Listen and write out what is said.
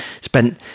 spent